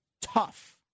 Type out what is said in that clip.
tough